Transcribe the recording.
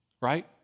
Right